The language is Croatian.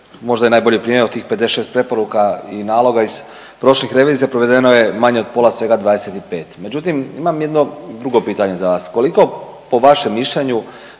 možda je najbolji primjer od tih 56 preporuka i naloga iz prošlih revizija provedeno je manje od pola svega 25. Međutim, imam jedno drugo pitanje za vas, koliko po vašem mišljenju